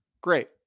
Great